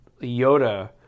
Yoda